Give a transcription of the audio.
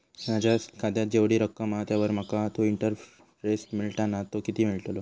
माझ्या खात्यात जेवढी रक्कम हा त्यावर माका तो इंटरेस्ट मिळता ना तो किती मिळतलो?